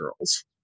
girls